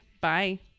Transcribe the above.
Bye